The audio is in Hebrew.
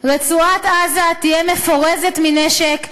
רצועת-עזה תהיה מפורזת מנשק,